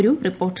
ഒരു റിപ്പോർട്ട്